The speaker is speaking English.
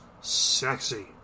sexy